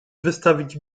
wystawić